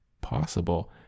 possible